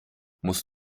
muss